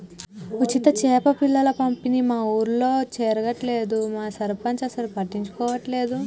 ఉచిత చేప పిల్లల పంపిణీ మా ఊర్లో జరగట్లేదు మా సర్పంచ్ అసలు పట్టించుకోవట్లేదు